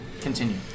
Continue